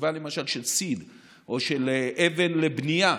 למשל מחצבה של סיד או של אבן לבנייה,